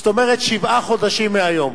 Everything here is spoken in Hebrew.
זאת אומרת, שבעה חודשים מהיום.